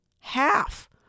Half